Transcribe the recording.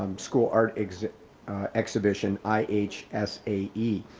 um school art exhibit exhibition i h s a e.